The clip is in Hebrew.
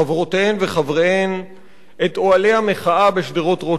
חברותיהן וחבריהן את אוהלי המחאה בשדרות-רוטשילד,